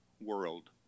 world